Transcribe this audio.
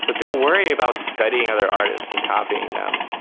so don't worry about studying other artists and copying them.